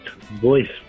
voice